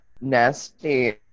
nasty